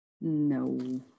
No